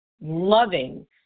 loving